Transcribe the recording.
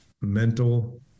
mental